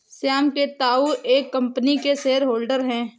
श्याम के ताऊ एक कम्पनी के शेयर होल्डर हैं